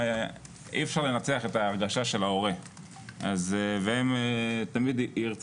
אי אפשר לנצח את ההרגשה של ההורה והם תמיד ירצו